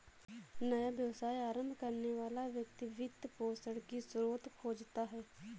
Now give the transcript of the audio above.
नया व्यवसाय आरंभ करने वाला व्यक्ति वित्त पोषण की स्रोत खोजता है